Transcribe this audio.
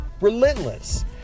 Relentless